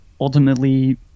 ultimately